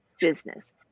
business